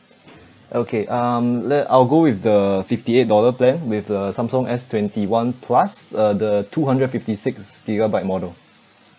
okay um le~ I'll go with the fifty eight dollar plan with the samsung S twenty one plus uh the two hundred and fifty six gigabyte model